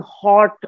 hot